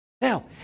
Now